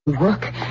work